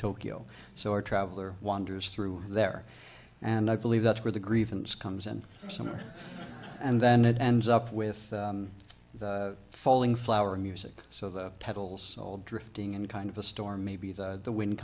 tokyo so a traveler wanders through there and i believe that's where the grievance comes in summer and then it ends up with the falling flower music so the petals all drifting and kind of a storm maybe the wind